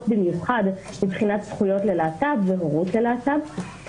במיוחד מבחינת זכויות ללהט"ב והורות ללהט"ב.